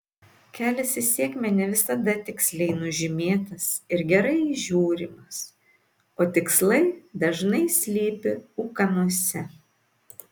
kelias į sėkmę ne visada tiksliai nužymėtas ir gerai įžiūrimas o tikslai dažnai slypi ūkanose